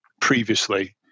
previously